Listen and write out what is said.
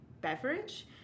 beverage